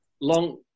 long